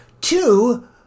Two